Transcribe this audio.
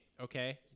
okay